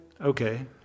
Okay